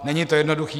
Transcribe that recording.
Není to jednoduché.